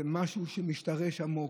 זה משהו שמשתרש עמוק,